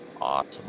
awesome